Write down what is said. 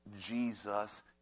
Jesus